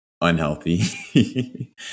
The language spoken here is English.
unhealthy